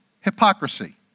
hypocrisy